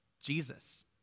Jesus